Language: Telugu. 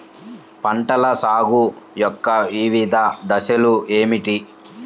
పంటల సాగు యొక్క వివిధ దశలు ఏమిటి?